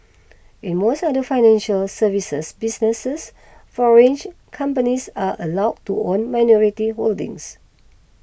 in most other financial services businesses foreign companies are allowed to own minority holdings